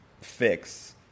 fix